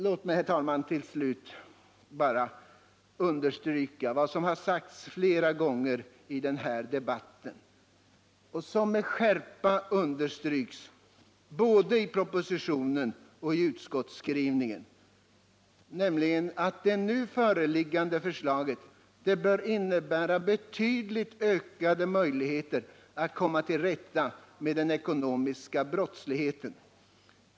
Låt mig, herr talman, bara till slut understryka vad som tidigare sagts under den här debatten och som med skärpa betonas både i propositionen och i utskottsskrivningen, nämligen att det nu föreliggande förslaget bör innebära betydligt ökade möjligheter att komma till rätta med den ekonomiska brottsligheten.